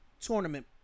tournament